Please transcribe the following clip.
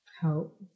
help